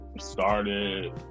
started